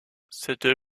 cette